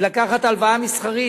ולקחת הלוואה מסחרית.